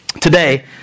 today